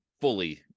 fully